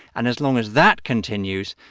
and as long as that continues,